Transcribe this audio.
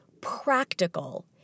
practical